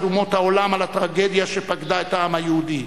אומות העולם על הטרגדיה שפקדה את העם היהודי.